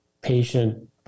patient